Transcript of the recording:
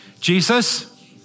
Jesus